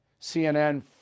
CNN